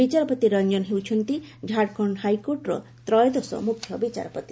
ବିଚାରପତି ରଞ୍ଜନ ହେଉଛନ୍ତି ଝାଡଖଣ୍ଡ ହାଇକୋର୍ଟର ତ୍ରୟୋଦଶ ମୁଖ୍ୟ ବିଚାରପତି